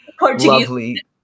lovely